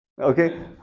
Okay